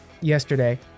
yesterday